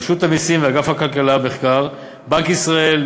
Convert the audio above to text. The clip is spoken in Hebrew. רשות המסים ואגף כלכלה ומחקר בבנק ישראל,